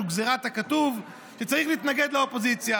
גזירת הכתוב שצריך להתנגד לאופוזיציה,